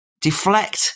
deflect